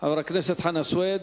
חבר הכנסת חנא סוייד.